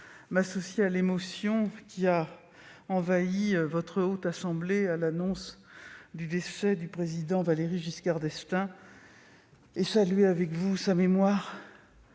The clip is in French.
m'associer à l'émotion qui a envahi votre Haute Assemblée à l'annonce du décès du Président Valéry Giscard d'Estaing, et saluer avec vous sa mémoire.